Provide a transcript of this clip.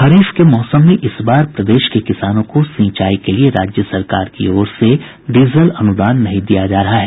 खरीफ के मौसम में इस बार प्रदेश के किसानों को सिंचाई के लिए राज्य सरकार की ओर से डीजल अनुदान नहीं दिया जा रहा है